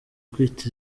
kwita